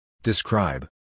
Describe